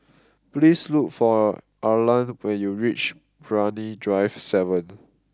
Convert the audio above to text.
please look for Arlan when you reach Brani Drive Seven